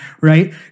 right